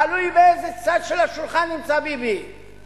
תלוי באיזה צד של השולחן ביבי נמצא,